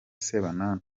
sebanani